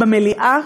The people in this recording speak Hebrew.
במליאה,